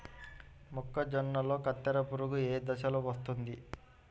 మొక్కజొన్నలో కత్తెర పురుగు ఏ దశలో వస్తుంది?